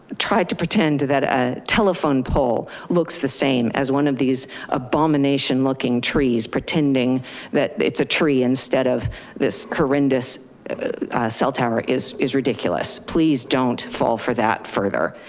try to pretend that a telephone pole looks the same as one of these abomination looking trees, pretending that it's a tree instead of this corindus. a cell tower is, is ridiculous. please don't fall for that further.